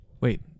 Wait